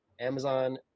amazon